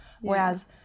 Whereas